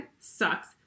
sucks